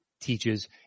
teaches